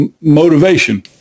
motivation